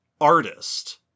artist